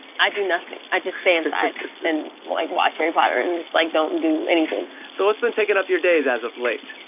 i do nothing. i just stay inside and like watch harry potter and just like don't do anything. so what's been taking up your days as of late?